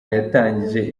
yatangije